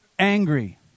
Angry